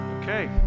Okay